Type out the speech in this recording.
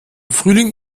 frühling